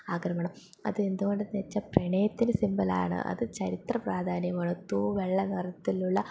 ആഗ്രഹമാണ് അത് എന്തുകൊണ്ടെന്നു വച്ചാല് പ്രണയത്തിന്റെ സിംബലാണ് അത് ചരിത്ര പ്രാധാന്യമാണ് തൂ വെള്ള നിറത്തിലുള്ള